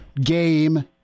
game